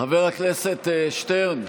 חבר הכנסת שטרן,